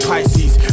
Pisces